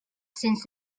since